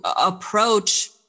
approach